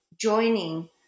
joining